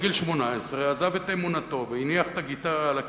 בגיל 18 עזב את אמונתו והניח את הגיטרה על הקיר,